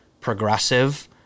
progressive